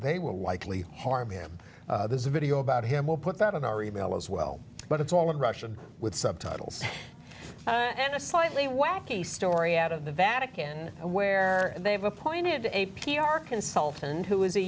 they will likely harm him there's a video about him we'll put that in our e mail as well but it's all in russian with subtitles and a slightly wacky story out of the vatican where they have appointed a p r consultant who is a